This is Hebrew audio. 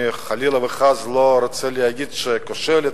אני חלילה וחס לא רוצה להגיד שהיא כושלת,